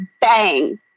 bang